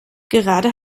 gerade